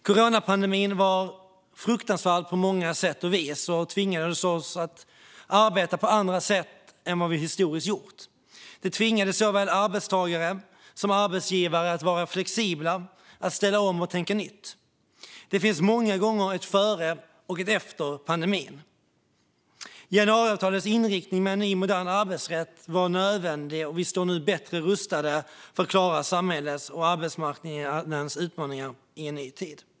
Coronapandemin var fruktansvärd på många sätt och tvingade oss att arbeta på andra sätt än vi gjort historiskt. Den tvingade såväl arbetstagare som arbetsgivare att vara flexibla, ställa om och tänka nytt. Det finns många gånger ett före och ett efter pandemin. Januariavtalets inriktning med en ny, modern arbetsrätt var nödvändig, och vi står nu bättre rustade att klara samhällets och arbetsmarknadens utmaningar i en ny tid.